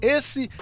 Esse